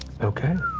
okay.